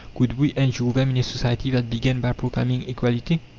could we endure them in a society that began by proclaiming equality?